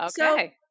okay